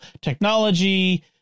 technology